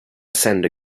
ascend